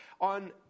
On